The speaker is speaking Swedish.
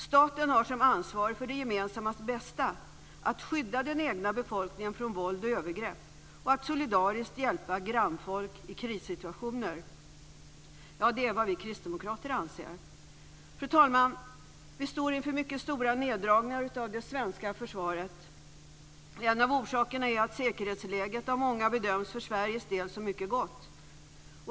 Staten har som ansvarig för det gemensammas bästa att skydda den egna befolkningen från våld och övergrepp och att solidariskt hjälpa grannfolk i krissituationer. Det är vad vi kristdemokrater anser. Fru talman! Vi står inför mycket stora neddragningar av det svenska försvaret. En av orsakerna är att säkerhetsläget för Sveriges del av många bedöms som mycket gott.